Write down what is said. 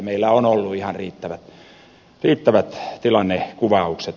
meillä on ollut ihan riittävät tilannekuvaukset olemassa